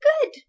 Good